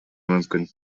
мүмкүн